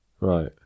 Right